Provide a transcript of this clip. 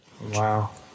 Wow